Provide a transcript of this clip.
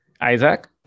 Isaac